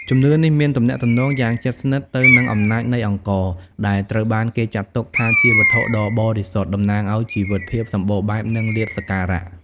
ជំនឿនេះមានទំនាក់ទំនងយ៉ាងជិតស្និទ្ធទៅនឹងអំណាចនៃអង្ករ ដែលត្រូវបានគេចាត់ទុកថាជាវត្ថុដ៏បរិសុទ្ធ តំណាងឱ្យជីវិត ភាពសម្បូរបែប និងលាភសក្ការៈ។